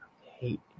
hate